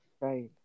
Right